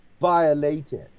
violated